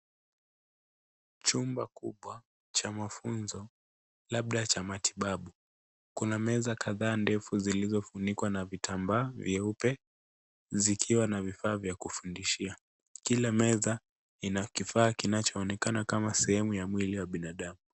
Chumba kubwa cha mafunzo, labda cha matibabu. Kuna meza kadhaa ndefu zilizofunikwa na vitambaa vyeupe zikiwa na vifaa vya kufundishia. Kila meza ina kifaa kinachoonekana kama sehemu ya mwili wa binadamu.